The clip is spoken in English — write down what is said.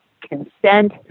consent